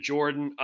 Jordan